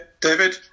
David